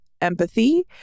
empathy